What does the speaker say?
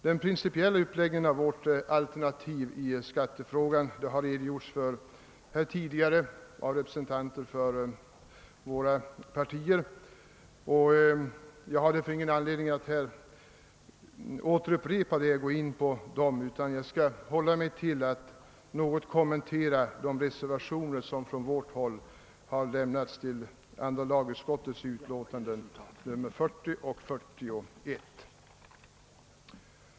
Den principiella uppläggningen av vårt alternativ i skattefrågan har representanter för våra partier tidigare redogjort för här, och jag har ingen anledning att upprepa argumenten. Jag skall i stället något kommentera de reservationer som från vårt håll fogats till andra lagutskottets utlåtanden nr 40 och 41.